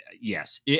yes